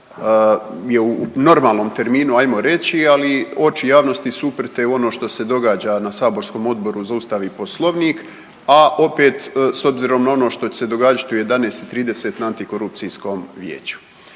je u normalnom terminu, ajmo reći, ali oči javnosti su uprte u ono što se događa na saborskom Odboru za Ustav i Poslovnik, a opet s obzirom na ono što će se događati u 11 i 30 na Antikorupcijskom vijeću.